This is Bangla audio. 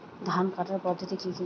ধান কাটার পদ্ধতি কি কি?